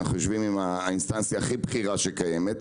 יושבים עם האינסטנציה הכי בכירה שקיימת,